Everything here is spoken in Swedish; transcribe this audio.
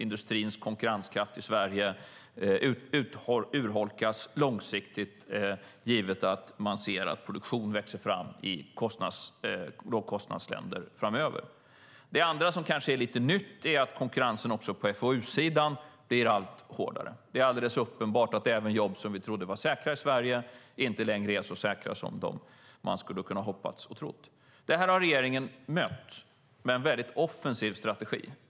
Industrins konkurrenskraft i Sverige urholkas långsiktigt, givet att produktion växer fram i lågkostnadsländer framöver. Det andra, som kanske är lite nytt, är att konkurrensen också på FoU-sidan blir allt hårdare. Det är alldeles uppenbart att även jobb som vi trodde var säkra i Sverige inte längre är så säkra som man skulle ha kunnat hoppas och tro. Det här har regeringen mött med en väldigt offensiv strategi.